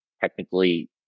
technically